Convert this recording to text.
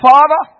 Father